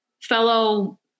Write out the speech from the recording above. fellow